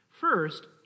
First